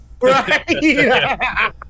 Right